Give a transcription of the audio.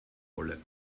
wolle